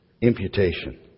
Imputation